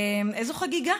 איזו חגיגה,